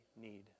need